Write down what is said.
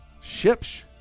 Ships